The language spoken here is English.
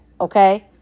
okay